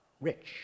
rich